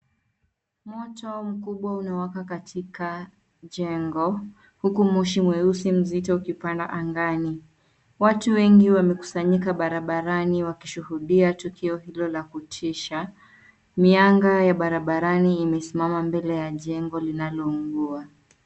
Moto mkubwa unawaka katika jengo huku moshi mweusi mzito ukipanda angani. Watu wengi wamekusanyika barabarani wakishuhudia tukio hilo la kutisha. Mianga ya barabarani imesimama mbele ya jengo linalo ungua.